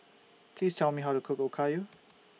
Please Tell Me How to Cook Okayu